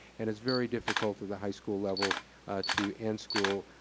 and it's very difficult at the high school level to end school